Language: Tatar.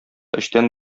эчтән